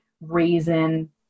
raisin